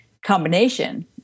combination